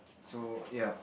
so ya